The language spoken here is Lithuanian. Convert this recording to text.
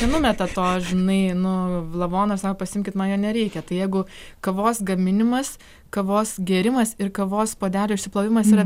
nenumeta to žinai nu lavonas na pasiimkit mane jo nereikia tai jeigu kavos gaminimas kavos gėrimas ir kavos puodelio išsiplovimas yra